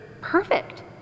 Perfect